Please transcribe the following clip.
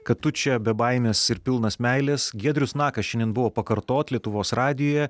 kad tu čia be baimės ir pilnas meilės giedrius nakas šiandien buvo pakartot lietuvos radijuje